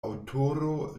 aŭtoro